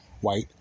white